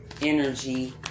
energy